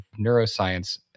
neuroscience